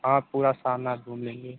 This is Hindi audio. आप पूरा सरनाथ घूम लेंगे